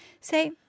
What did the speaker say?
say